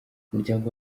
umuryango